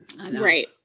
Right